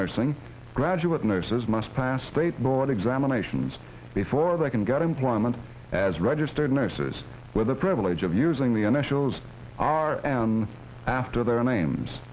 nursing graduate nurses must pass state board examinations before they can get employment as registered nurses with the privilege of using the initials are an after their names